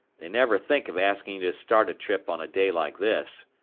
they'd never think of asking you to start a trip on a day like this.